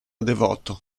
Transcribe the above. devoto